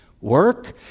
Work